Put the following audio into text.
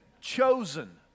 chosen